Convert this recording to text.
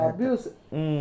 Abuse